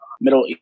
Middle